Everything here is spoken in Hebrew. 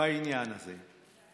בעניין הזה.